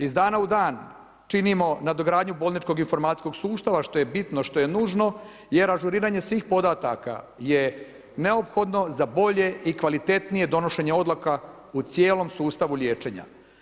Iz dana u dan činimo nadogradnju bolničkog informacijskog sustava što je bitno, što je nužno jer ažuriranje svih podataka je neophodno za bolje i kvalitetnije donošenje odluka u cijelom sustavu liječenja.